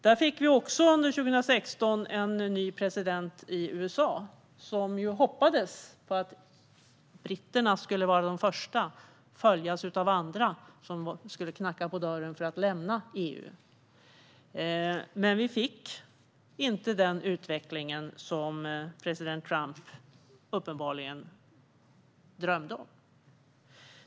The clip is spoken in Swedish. Under 2016 fick USA en ny president som hoppades på att britterna skulle följas av andra som skulle knacka på dörren för att lämna EU. Men vi fick inte den utveckling som president Trump uppenbarligen drömde om.